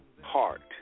heart